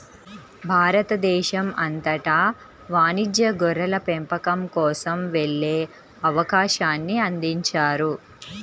భారతదేశం అంతటా వాణిజ్య గొర్రెల పెంపకం కోసం వెళ్ళే అవకాశాన్ని అందించారు